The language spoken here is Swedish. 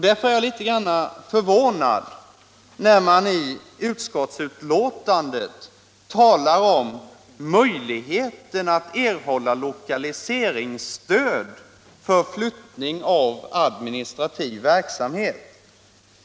Därför är jag förvånad när man i utskottsbetänkandet talar om möjligheten att erhålla lokaliseringsstöd för flyttning av administrativ verksamhet.